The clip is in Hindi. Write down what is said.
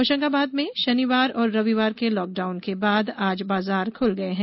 होशंगाबाद में शनिवार और रविवार के लॉकडाउन के बाद आज बाजार खुल गये हैं